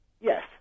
Yes